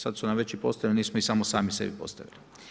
Sad su nam već i postavljeni, nismo ih samo sami sebi postavili.